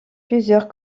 plusieurs